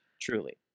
Truly